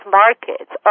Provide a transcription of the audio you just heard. markets